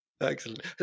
Excellent